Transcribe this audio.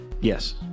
Yes